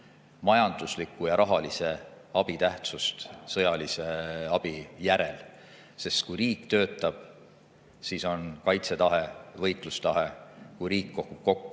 majandusliku ja rahalise abi tähtsust sõjalise abi kõrval. Sest kui riik töötab, siis on kaitsetahe, võitlustahe. Kui riik kukub kokku,